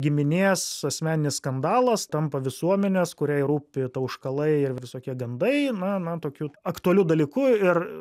giminės asmeninis skandalas tampa visuomenės kuriai rūpi tauškalai ir visokie gandai na na tokiu aktualiu dalyku ir